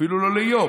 אפילו לא ליום.